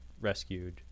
rescued